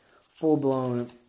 full-blown